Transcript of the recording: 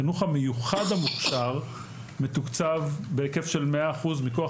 החינוך המיוחד המוכש"ר מתוקצב בהיקף של 100% מכוח